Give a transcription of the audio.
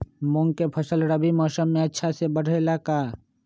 मूंग के फसल रबी मौसम में अच्छा से बढ़ ले का?